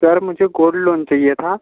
sir मुझे gold loan चाहिए था